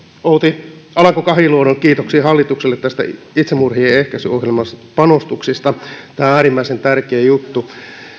outi alanko kahiluodon kiitoksiin hallitukselle näistä itsemurhien ehkäisyohjelman panostuksista tämä on äärimmäisen tärkeä juttu